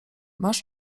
masz